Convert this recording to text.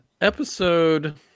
episode